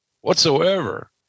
whatsoever